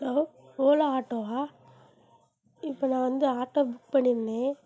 hello Ola ஆட்டோவா இப்போது நான் வந்து ஆட்டோ புக் பண்ணியிருந்தேன்